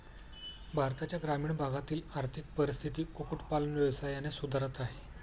भारताच्या ग्रामीण भागातील आर्थिक परिस्थिती कुक्कुट पालन व्यवसायाने सुधारत आहे